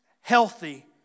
healthy